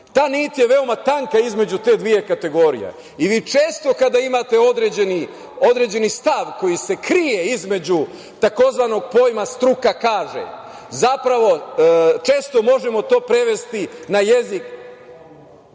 Ta nit je veoma tanka između te dve kategorije i vi često kada imate određeni stav koji se krije između tzv. pojma – struka kaže, zapravo često možemo to prevesti na jezik